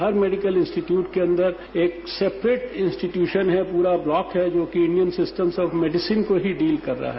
हर medical institutes के अंदर एक सेपरेट इंस्टीटयूशन है पूरा ब्लॉक है जो इंडियन सिस्टर्म्स ऑफ मेडिकल्स को ही डील कर रहा है